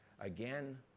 Again